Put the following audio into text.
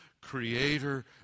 creator